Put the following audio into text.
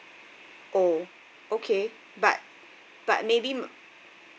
oh okay but but maybe